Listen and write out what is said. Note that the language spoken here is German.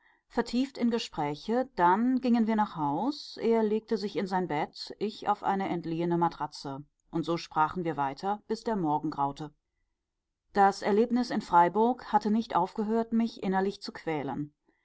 vertieft in gespräche dann gingen wir nach haus er legte sich in sein bett ich auf eine entliehene matratze und so sprachen wir weiter bis der morgen graute das erlebnis in freiburg hatte nicht aufgehört mich innerlich zu quälen